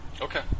Okay